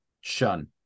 shun